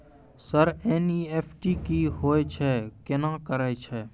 Sir NEFT की होय छै, केना करे छै?